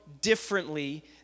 differently